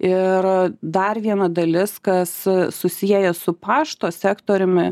ir dar viena dalis kas susieja su pašto sektoriumi